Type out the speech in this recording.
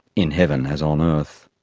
in heaven as on earth.